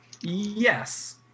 Yes